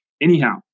Anyhow